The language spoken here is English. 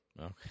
Okay